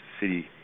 city